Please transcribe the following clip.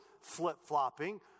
flip-flopping